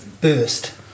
burst